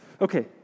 Okay